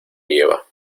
lleva